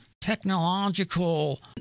technological